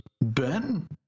Ben